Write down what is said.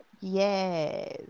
Yes